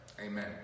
amen